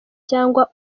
cyangwa